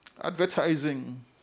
Advertising